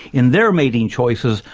in their mating choices,